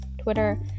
Twitter